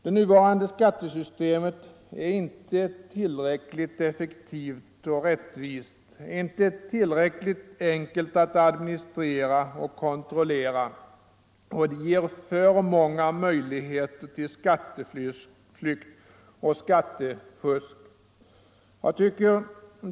Det nuvarande skattesystemet är inte tillräckligt effektivt och rättvist, inte tillräckligt enkelt att administrera och kontrollera, och det ger för många möjligheter till skatteflykt och skattefusk.